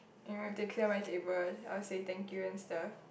you know if they clear my table I will say thank you and stuff